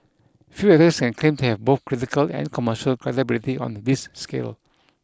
few this can claim to have both critical and commercial credibility on the this scale